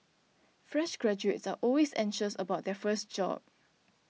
fresh graduates are always anxious about their first job